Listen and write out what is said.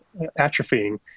atrophying